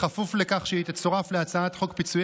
בכפוף לכך שהיא תצורף להצעת חוק פיצויי